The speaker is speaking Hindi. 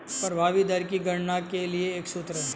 प्रभावी दर की गणना के लिए एक सूत्र है